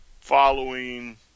following